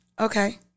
Okay